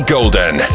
Golden